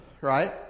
right